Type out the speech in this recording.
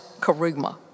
charisma